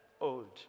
old